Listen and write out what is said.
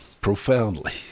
profoundly